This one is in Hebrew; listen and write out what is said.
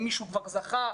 האם מישהו כבר זכה?